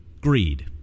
Greed